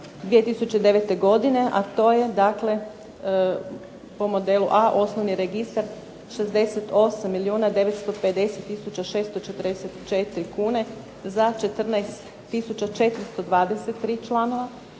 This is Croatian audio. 31.12.2009. godine, a to je dakle po modelu A osnovni registar 68 milijuna 950 tisuća 644 kune za 14423 članova.